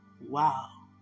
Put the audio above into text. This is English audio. wow